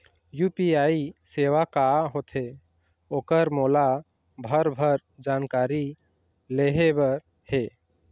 UPI सेवा का होथे ओकर मोला भरभर जानकारी लेहे बर हे?